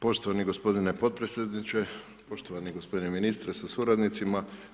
Poštovani gospodine potpredsjedniče, poštovani gospodine ministre sa suradnicima.